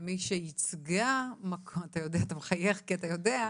כמי שייצגה ואתה מחייך כי אתה יודע.